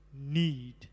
need